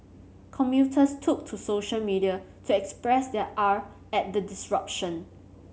commuters took to social media to express their ire at the disruption